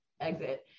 exit